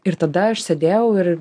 ir tada aš sėdėjau ir